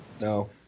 No